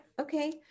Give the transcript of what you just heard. okay